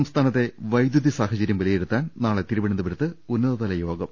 സംസ്ഥാനത്തെ വൈദ്യുതി സാഹചര്യം വിലയിരുത്താൻ നാളെ തിരുവനന്തപുരത്ത് ഉന്നതതലയോഗം